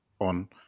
on